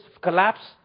collapse